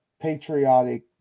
patriotic